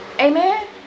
Amen